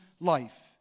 life